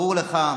ברור לך,